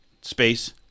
Space